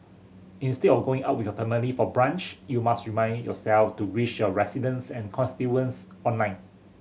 instead of going out with your family for brunch you must remind yourself to wish your residents and constituents online